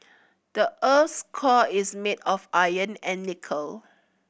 the earth's core is made of iron and nickel